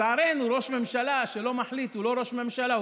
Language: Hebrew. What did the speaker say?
לצערנו ראש ממשלה שלא מחליט הוא לא ראש ממשלה,